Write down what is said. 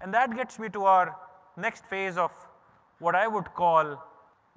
and that gets me to our next phase of what i would call